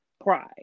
pride